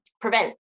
prevent